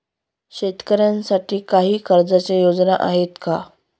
शेतकऱ्यांसाठी काही कर्जाच्या योजना आहेत का?